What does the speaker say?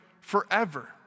forever